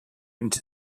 into